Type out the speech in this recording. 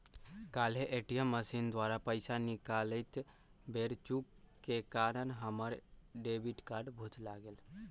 काल्हे ATM machine द्वारा पइसा निकालइत बेर चूक के कारण हमर डेबिट कार्ड भुतला गेल